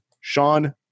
Sean